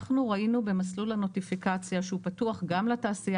אנחנו ראינו במסלול הנוטיפיקציה שהוא פתוח גם לתעשייה